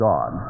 God